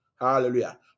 hallelujah